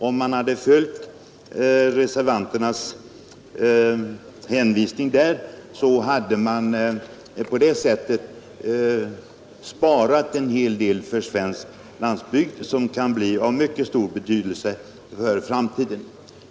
Om man följt reservanternas hänvisning, hade man sparat en hel del för svensk landsbygd, som kunnat bli av mycket stor betydelse för framtiden.